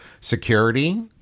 security